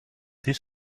this